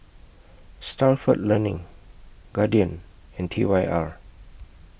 Stalford Learning Guardian and T Y R